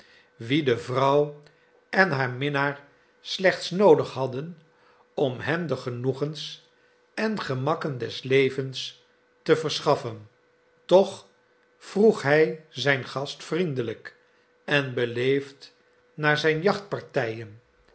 de vrouw en haar minnaar slechts noodig hadden om hen de genoegens en gemakken des levens te verschaffen toch vroeg hij zijn gast vriendelijk en beleefd naar zijn